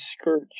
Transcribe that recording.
skirt